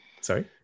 sorry